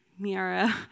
Miara